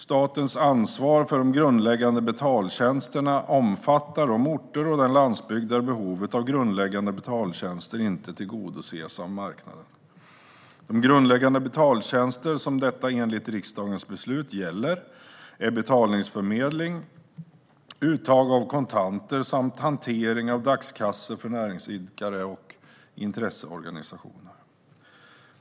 Statens ansvar för de grundläggande betaltjänsterna omfattar de orter och den landsbygd där behovet av grundläggande betaltjänster inte tillgodoses av marknaden. De grundläggande betaltjänster som detta enligt riksdagens beslut gäller är betalningsförmedling, uttag av kontanter samt hantering av dagskassor för näringsidkare och intresseorganisationer.